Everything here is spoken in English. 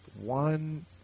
one